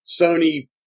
Sony